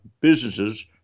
businesses